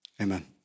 amen